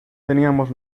teníamos